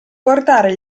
portare